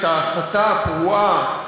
את ההסתה הפרועה,